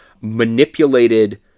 manipulated